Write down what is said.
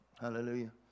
Hallelujah